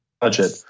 budget